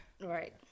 Right